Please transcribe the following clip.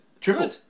Triple